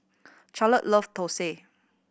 Charlotte love thosai